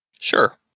Sure